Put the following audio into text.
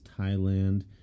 Thailand